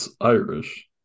Irish